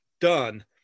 done